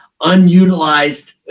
unutilized